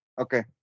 Okay